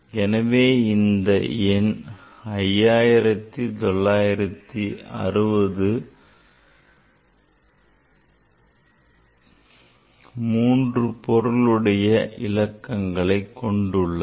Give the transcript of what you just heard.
எனவே இந்த எண் 5960 பெரும் 3 பொருளுடைய இலக்கங்களையே கொண்டுள்ளது